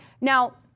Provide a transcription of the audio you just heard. Now